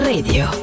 Radio